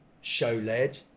show-led